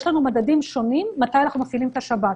יש לנו מדדים שונים מתי אנחנו מפעילים את השב"כ.